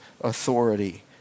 authority